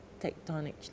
tectonic